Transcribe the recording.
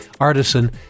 artisan